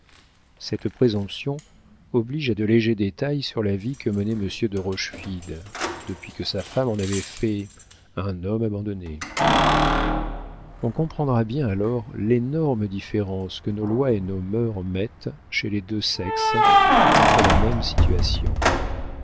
cette présomption oblige à de légers détails sur la vie que menait monsieur de rochefide depuis que sa femme en avait fait un homme abandonné on comprendra bien alors l'énorme différence que nos lois et nos mœurs mettent chez les deux sexes entre la même situation